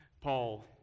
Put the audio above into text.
Paul